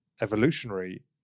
evolutionary